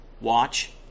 watch